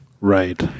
Right